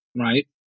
right